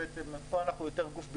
פה אנחנו יותר גוף ביצוע,